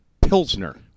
Pilsner